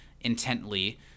intently